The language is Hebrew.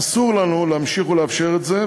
אסור לנו להמשיך ולאפשר את זה,